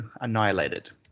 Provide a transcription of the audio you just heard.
annihilated